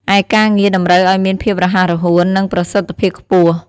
ឯការងារតម្រូវឲ្យមានភាពរហ័សរហួន និងប្រសិទ្ធភាពខ្ពស់។